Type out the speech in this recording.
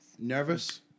Nervous